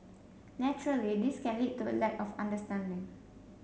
naturally this can lead to a lack of understanding